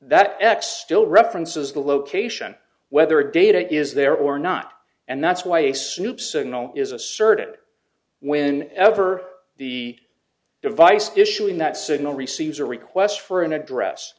that x still references the location whether data is there or not and that's why a snoop signal is asserted when ever the device issuing that signal receives a request for an address